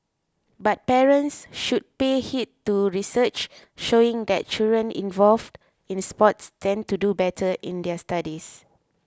but parents should pay heed to research showing that children involved in sports tend to do better in their studies